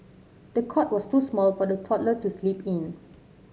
the cot was too small for the toddler to sleep in